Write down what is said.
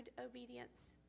obedience